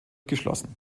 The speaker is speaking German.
geschlossen